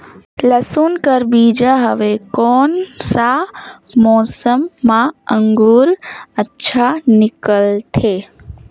लसुन कर बीजा हवे कोन सा मौसम मां अंकुर अच्छा निकलथे?